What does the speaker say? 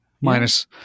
minus